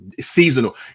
Seasonal